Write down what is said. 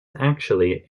actually